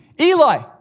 Eli